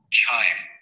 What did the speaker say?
chime